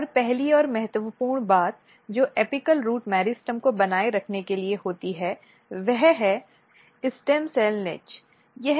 और पहली और महत्वपूर्ण बात जो एपिक रूट मेरिस्टेम को बनाए रखने के लिए होती है वह है स्टेम सेल निच